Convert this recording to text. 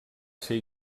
ser